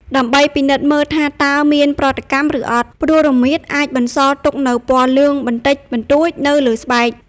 ដើម្បីពិនិត្យមើលថាតើមានប្រតិកម្ម ឬអត់ ព្រោះរមៀតអាចបន្សល់ទុកនូវពណ៌លឿងបន្តិចបន្តួចនៅលើស្បែក។